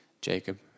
Jacob